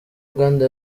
uganda